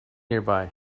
nearby